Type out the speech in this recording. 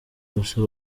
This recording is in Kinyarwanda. gusa